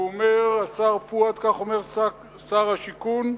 הוא אומר, השר פואד, כך אומר שר השיכון: